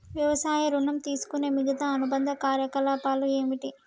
వ్యవసాయ ఋణం తీసుకునే మిగితా అనుబంధ కార్యకలాపాలు ఏమిటి?